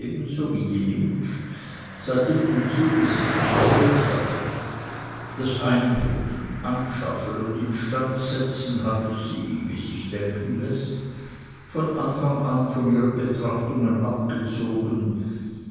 ebenso wie die nimptsch seit dem umzuge sichtlich erholt hatte das einrichten anschaffen und instandsetzen hatte sie wie sich denken läßt von anfang an von ihren betrachtungen abgezogen